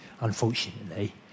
unfortunately